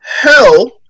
hell